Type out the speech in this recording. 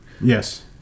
Yes